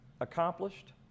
accomplished